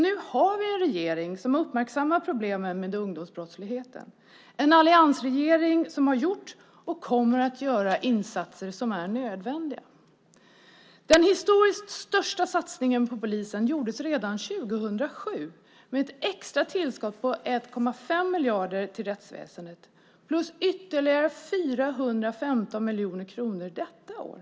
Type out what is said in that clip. Nu har vi en regering som har uppmärksammat problemen med ungdomsbrottsligheten, en alliansregering som har gjort och kommer att göra insatser som är nödvändiga. Den historiskt största satsningen på polisen gjordes redan 2007 med ett extra tillskott på 1,5 miljarder till rättsväsendet, plus ytterligare 415 miljoner kronor detta år.